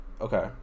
Okay